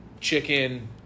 chicken